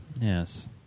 Yes